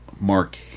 Mark